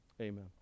Amen